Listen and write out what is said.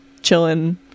chilling